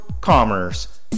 commerce